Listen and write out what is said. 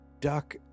Duck